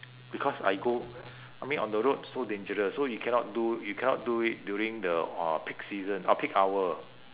because I go I mean on the road so dangerous so you cannot do you cannot do it during the uh peak season uh peak hour